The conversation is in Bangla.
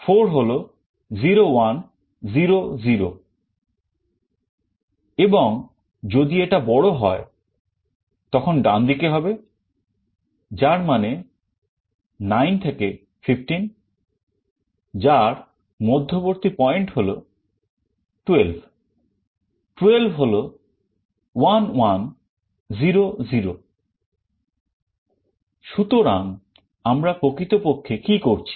4 হল 0 1 0 0 এবং যদি এটা বড় হয় তখন ডানদিকে হবে যার মানে 9 থেকে 15 যার মধ্যবর্তী পয়েন্ট হল 12 12 হল 1 1 0 0 সুতরাং আমরা প্রকৃতপক্ষে কি করছি